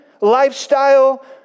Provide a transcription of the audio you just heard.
lifestyle